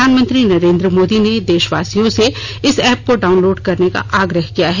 प्रधानमंत्री नरेन्द्र मोदी ने देषवासियों से इस एप्प को डाउनलोड करने का आग्रह किया है